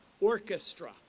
orchestra